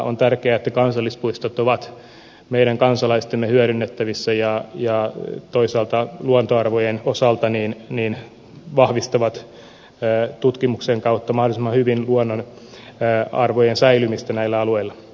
on tärkeää että kansallispuistot ovat meidän kansalaistemme hyödynnettävissä ja toisaalta luontoarvojen osalta vahvistavat tutkimuksen kautta mahdollisimman hyvin luontoarvojen säilymistä näillä alueilla